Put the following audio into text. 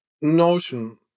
notion